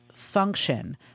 function